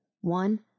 one